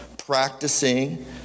practicing